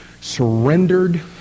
surrendered